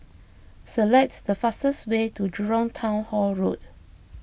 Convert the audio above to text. select the fastest way to Jurong Town Hall Road